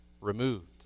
removed